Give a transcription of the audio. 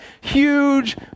huge